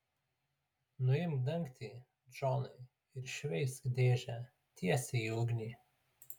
nuimk dangtį džonai ir šveisk dėžę tiesiai į ugnį